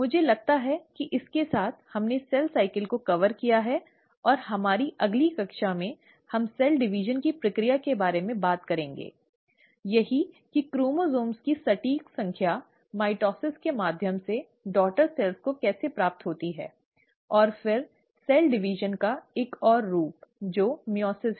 मुझे लगता है कि इसके साथ हमने सेल साइकिल को कवर किया है और हमारी अगली कक्षा में हम सेल डिवीजन की प्रक्रिया के बारे में बात करेंगे यही कि क्रोमोसोम की सटीक संख्या माइटोसिस के माध्यम से बेटी कोशिकाओं को कैसे प्राप्त होती है और फिर कोशिका विभाजन का एक और रूप जो माइओसिस है